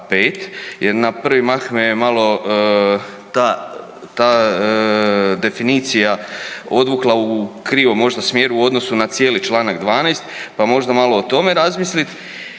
jer na prvi mah me je malo ta, ta definicija odvukla u krivom možda smjeru u odnosu na cijeli čl. 12., pa možda malo o tome razmislit.